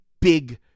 big